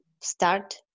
start